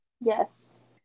Yes